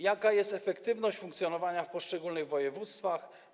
Jaka jest efektywność funkcjonowania w poszczególnych województwach?